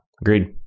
agreed